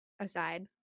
aside